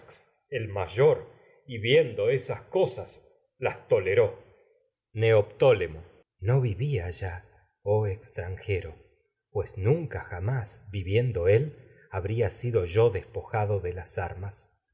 el mayor viendo cosas las toleró neoptólemo nunca no vivía ya oh extranjero yo pues jamás viviendo él habría sido despojado de las armas